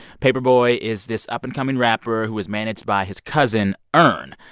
paper boi is this up-and-coming rapper who is managed by his cousin earn.